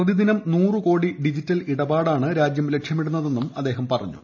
പ്രതിദിനം നൂറു കോടി ഡിജിറ്റൽ ഇടപാടാണ് രാജ്യം പ്ലക്ഷ്യമിടുന്നതെന്നും അദ്ദേഹം പറഞ്ഞു